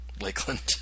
Lakeland